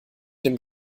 dem